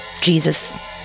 Jesus